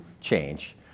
change